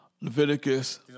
Leviticus